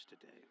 today